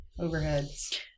Overheads